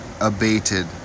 abated